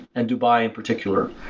and dubai in particular.